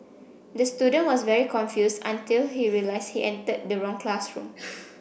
the student was very confused until he realised he entered the wrong classroom